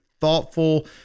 thoughtful